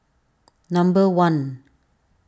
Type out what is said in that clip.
number one